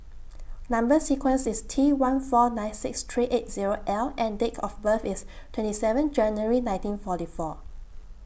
Number sequence IS T one four nine six three eight Zero L and Date of birth IS twenty seven January nineteen forty four